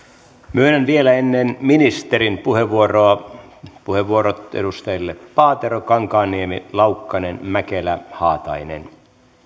myönnän vielä ennen ministerin puheenvuoroa puheenvuorot edustajille paatero kankaanniemi laukkanen mäkelä haatainen